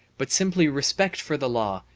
but simply respect for the law,